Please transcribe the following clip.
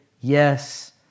yes